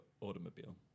automobile